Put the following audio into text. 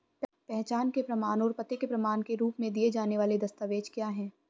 पहचान के प्रमाण और पते के प्रमाण के रूप में दिए जाने वाले दस्तावेज क्या हैं?